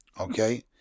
Okay